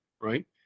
right